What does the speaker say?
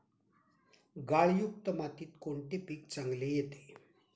गाळयुक्त मातीत कोणते पीक चांगले येते?